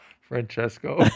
Francesco